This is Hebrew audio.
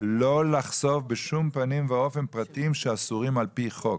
לא לחשוף בשום פנים ואופן פרטים שאסורים על פי חוק,